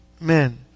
men